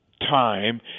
Time